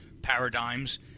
Paradigms